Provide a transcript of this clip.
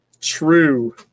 True